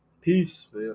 peace